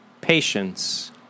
patience